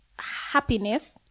happiness